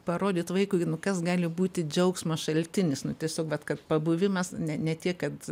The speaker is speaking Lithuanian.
parodyt vaikui nu kas gali būti džiaugsmo šaltinis nu tiesiog vat kad pabuvimas ne ne tiek kad